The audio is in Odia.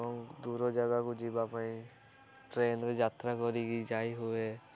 ଏବଂ ଦୂର ଜାଗାକୁ ଯିବା ପାଇଁ ଟ୍ରେନରେ ଯାତ୍ରା କରିକି ଯାଇ ହୁଏ